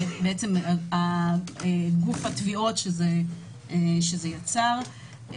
גוף התביעות שזה יצר.